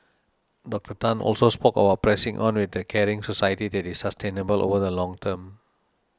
Doctor Tan also spoke about pressing on with a caring society that is sustainable over the long term